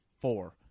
four